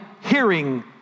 hearing